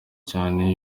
cyane